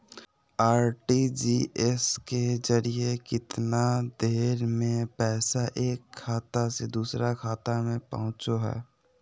RTGS के जरिए कितना देर में पैसा एक खाता से दुसर खाता में पहुचो है?